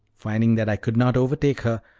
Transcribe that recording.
finding that i could not overtake her,